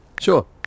Sure